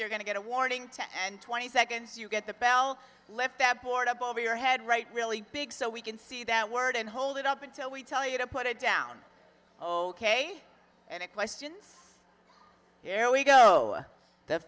you're going to get a warning to and twenty seconds you get the bell left that board up over your head right really big so we can see that word and hold it up until we tell you to put it down oh ok and it questions here we go